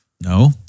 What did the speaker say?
No